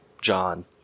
John